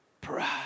Pride